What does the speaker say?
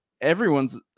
everyone's